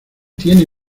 tiene